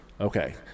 Okay